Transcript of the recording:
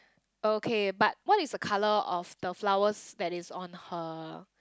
okay but what is the colour of the flowers that is on her